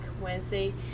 Wednesday